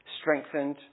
strengthened